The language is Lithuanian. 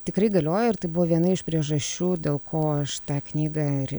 tikrai galiojo ir tai buvo viena iš priežasčių dėl ko aš tą knygą ir